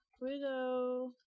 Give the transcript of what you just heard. Widow